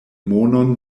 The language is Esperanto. monon